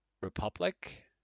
republic